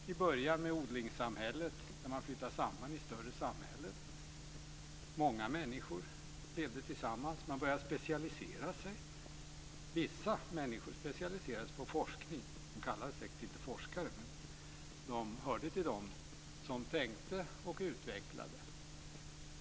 Vi började med odlingssamhället, när man flyttade samman i större samhällen. Många människor levde tillsammans. Man började specialisera sig. Vissa människor specialiserade sig på forskning. De kallades säkert inte forskare, men de hörde till dem som tänkte och utvecklade.